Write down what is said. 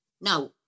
now